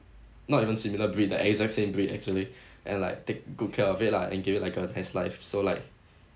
not even similar breed the exact same breed actually and like take good care of it lah and give it like a nice life so like